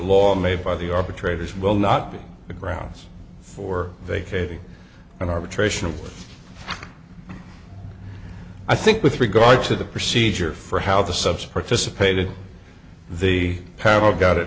law made by the arbitrators will not be the grounds for vacating an arbitration i think with regard to the procedure for how the subs participated the parable got it